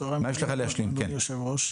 צהריים טובים אדוני היושב-ראש,